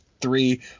three